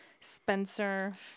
Spencer